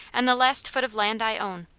and the last foot of land i own.